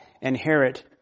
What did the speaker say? inherit